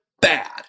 bad